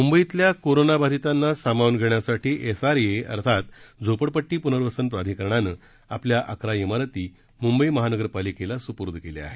मुंबईतल्या कोरोना बाधितांना सामावून घेण्यासाठी एस आर ए अर्थात झोपडपट्टी पुनर्वसन प्राधिकरणानं आपल्या अकरा इमारती मुंबई महानगरपालिकेला सुपूर्द केल्या आहेत